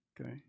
Okay